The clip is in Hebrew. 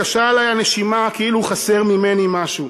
קשה עלי הנשימה כאילו חסר ממני משהו.